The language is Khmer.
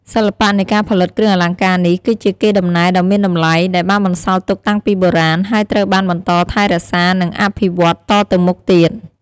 សិល្បៈនៃការផលិតគ្រឿងអលង្ការនេះ គឺជា កេរដំណែលដ៏មានតម្លៃ ដែលបានបន្សល់ទុកតាំងពីបុរាណ ហើយត្រូវបានបន្តថែរក្សា និងអភិវឌ្ឍតទៅមុខទៀត។